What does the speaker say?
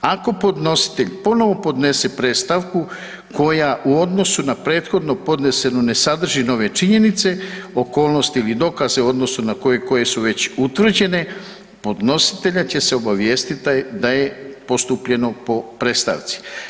Ako podnositelj ponovo podnese predstavku koja u odnosu na prethodno podnesenu ne sadrži nove činjenice, okolnosti ili dokaze u odnosu na koje su već utvrđene, podnositelja će se obavijestiti da je postupljeno po predstavci.